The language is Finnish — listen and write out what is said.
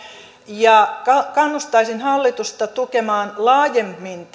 ja kannustaisin hallitusta tukemaan tätä laajemmin